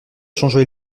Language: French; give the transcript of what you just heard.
changer